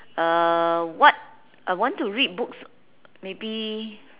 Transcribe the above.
uh what I want to read books maybe